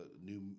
new